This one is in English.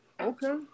okay